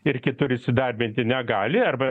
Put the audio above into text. ir kitur įsidarbinti negali arba